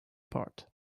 apart